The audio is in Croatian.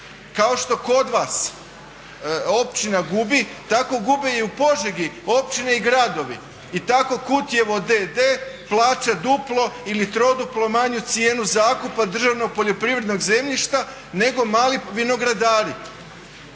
Kao što kod vas općina gubi, tako gube i u Požegi općine i gradovi i tako Kutjevo d.d. plaća duplo ili troduplo manju cijenu zakupa državnog poljoprivrednog zemljišta nego mali vinogradari.